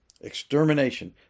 Extermination